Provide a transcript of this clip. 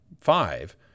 five